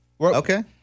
Okay